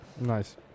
Nice